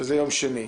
שזה יום שני.